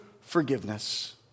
forgiveness